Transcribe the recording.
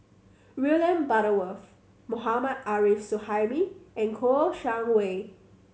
William Butterworth Mohammad Arif Suhaimi and Kouo Shang Wei